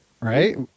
Right